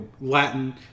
Latin